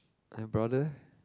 my brother